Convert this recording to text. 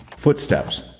Footsteps